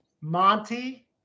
Monty